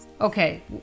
Okay